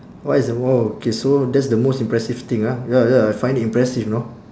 what is the okay so that's the most impressive thing ah ya ya I find it impressive know